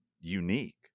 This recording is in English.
unique